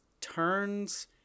turns